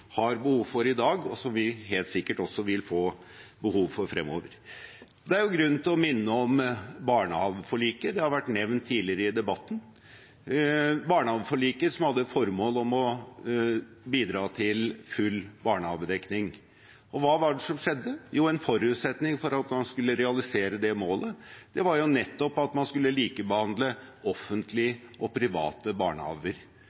har behov for i dag, og som vi helt sikkert også vil få behov for fremover. Det er grunn til å minne om barnehageforliket. Det har vært nevnt tidligere i debatten. Barnehageforliket hadde til formål å bidra til full barnehagedekning, og hva skjedde? Jo, en forutsetning for å realisere det målet var jo nettopp at man skulle likebehandle